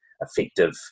effective